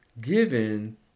given